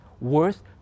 worth